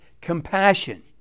compassion